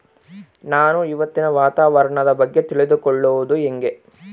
ನಾನು ಇವತ್ತಿನ ವಾತಾವರಣದ ಬಗ್ಗೆ ತಿಳಿದುಕೊಳ್ಳೋದು ಹೆಂಗೆ?